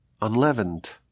unleavened